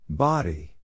body